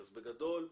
בגדול,